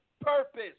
purpose